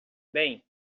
bem